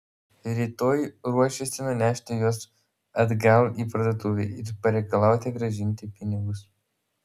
rytoj ruošėsi nunešti juos atgal į parduotuvę ir pareikalauti grąžinti pinigus